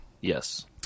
Yes